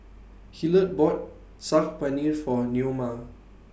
Hillard bought Saag Paneer For Neoma